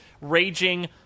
raging